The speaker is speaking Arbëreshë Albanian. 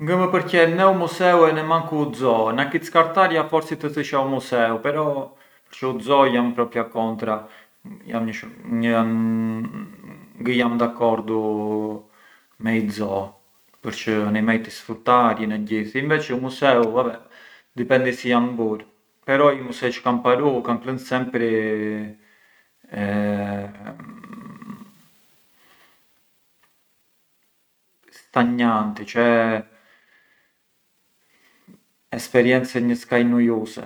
Flivari tek i na ë moi i kalivarit, mo çë ngë mënd e shoh atë kalivar, ngë kam mësuar kurrë ne të los ne të vu façerën, u façerën ngë kam e vunë kurrë, edhe përçë na façerën kemi e vun na ditë, ngë kemi mbzonjë kalivarin.